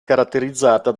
caratterizzata